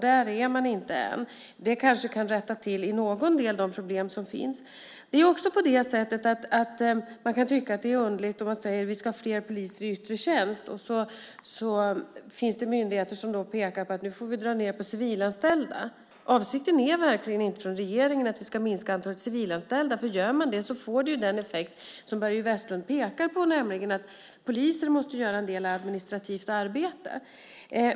Där är man inte än. Det kanske i någon del kan rätta till de problem som finns. Man kan också tycka att det är underligt om vi säger att vi ska ha fler poliser i yttre tjänst och det finns myndigheter som pekar på att vi nu får dra ned på antalet civilanställda. Avsikten från regeringen är verkligen inte att antalet civilanställda ska minska. Gör man så får det ju den effekt som Börje Vestlund pekar på, nämligen att poliser måste göra en del administrativt arbete.